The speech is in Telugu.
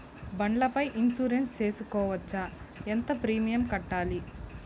బండ్ల పై ఇన్సూరెన్సు సేసుకోవచ్చా? ఎంత ప్రీమియం కట్టాలి?